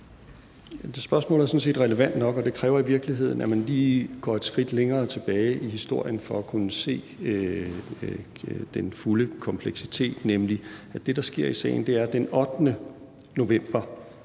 er sådan set relevant nok, og det kræver i virkeligheden, at man lige går et skridt længere tilbage i historien for at kunne se den fulde kompleksitet, nemlig at det, der sker i sagen, er, at det den 8. november